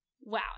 wow